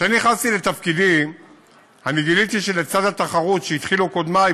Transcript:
כשאני נכנסתי לתפקידי אני גיליתי שלצד התחרות שהתחילו קודמי,